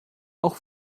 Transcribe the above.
auch